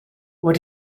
what